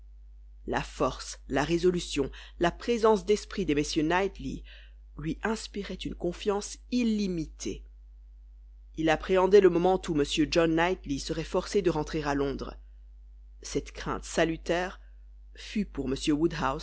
la force la résolution la présence d'esprit des messieurs knightley lui inspiraient une confiance illimitée il appréhendait le moment où m john knightley serait forcé de rentrer à londres cette crainte salutaire fut pour